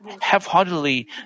half-heartedly